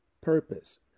purpose